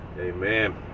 Amen